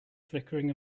flickering